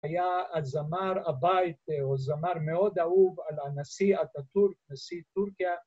‫היה הזמר הבית, זמר מאוד אהוב ‫על הנשיא אטאטורק, נשיא טורקיה.